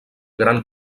gran